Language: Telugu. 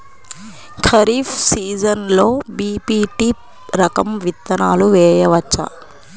ఖరీఫ్ సీజన్లో బి.పీ.టీ రకం విత్తనాలు వేయవచ్చా?